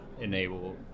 enable